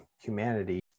humanity